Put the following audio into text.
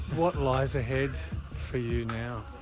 what lies ahead for you now?